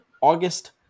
August